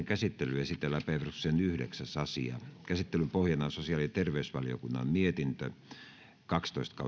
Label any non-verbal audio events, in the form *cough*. *unintelligible* käsittelyyn esitellään päiväjärjestyksen yhdeksäs asia käsittelyn pohjana on sosiaali ja terveysvaliokunnan mietintö kaksitoista *unintelligible*